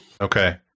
Okay